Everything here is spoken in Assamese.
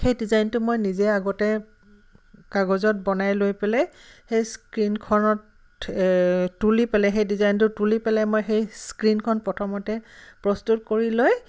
সেই ডিজাইনটো মই নিজে আগতে কাগজত বনাই লৈ পেলাই সেই স্ক্ৰিণখনত তুলি পেলাই সেই ডিজাইনটো তুলি পেলাই মই সেই স্ক্ৰিণখন প্ৰথমতে প্ৰস্তুত কৰি লৈ